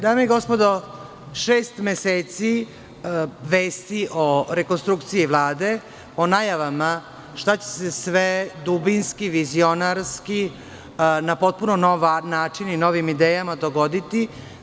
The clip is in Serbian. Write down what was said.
Dame i gospodo, šest meseci vesti o rekonstrukciji Vlade, o najavama šta će se sve dubinski, vizionarski, na potpuno nov način i novim idejama dogoditi.